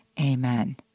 Amen